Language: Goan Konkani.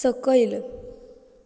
सकयल